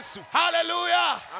Hallelujah